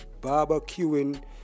barbecuing